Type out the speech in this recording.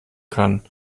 kann